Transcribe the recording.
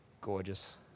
gorgeous